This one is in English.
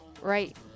right